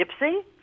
Gypsy